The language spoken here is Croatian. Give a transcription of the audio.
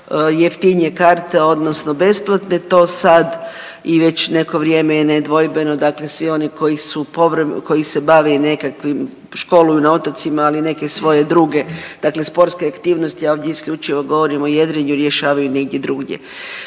jeftinije karte odnosno besplatne, to sad i već neko vrijeme je nedvojbeno, dakle svi oni koji se bave i nekakvim školuju na otocima, ali i neke svoje druge sportske aktivnosti, ja ovdje isključivo govorim o jedrenju i rješavaju negdje drugdje.